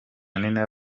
nina